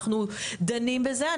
אנחנו דנים בזה,